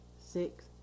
six